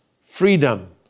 freedom